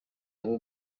yaba